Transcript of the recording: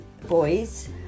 boys